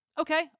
Okay